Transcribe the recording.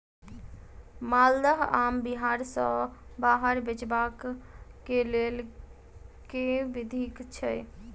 माल्दह आम बिहार सऽ बाहर बेचबाक केँ लेल केँ विधि छैय?